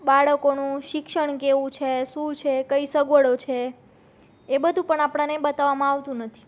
બાળકોનું શિક્ષણ કેવું છે શું છે કઈ સગવડો છે એ બધું પણ આપણને બતાવવામાં આવતું નથી